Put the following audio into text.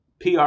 PR